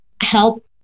help